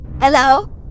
Hello